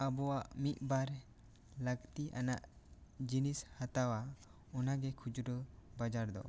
ᱟᱵᱚᱣᱟᱜ ᱢᱤᱫ ᱵᱟᱨ ᱞᱟᱹᱠᱛᱤ ᱟᱱᱟᱜ ᱡᱤᱱᱤᱥ ᱦᱟᱛᱟᱣᱟ ᱚᱱᱟ ᱜᱮ ᱠᱷᱩᱪᱨᱟᱹ ᱵᱟᱡᱟᱨ ᱫᱚ